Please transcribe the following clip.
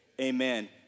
amen